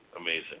amazing